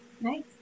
Nice